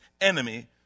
enemy